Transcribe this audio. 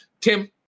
tim